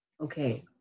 okay